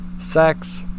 sex